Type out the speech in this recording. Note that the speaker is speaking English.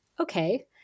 okay